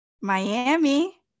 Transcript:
Miami